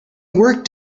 work